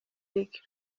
rick